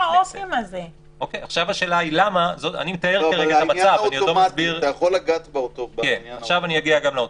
אתה יכול לגעת בעניין האוטומטי?